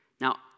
Now